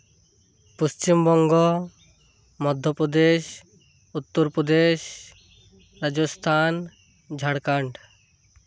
Paschim Banga Madhya Pradesh Uttar Pradesh Rajasthan Jharkhand